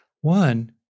One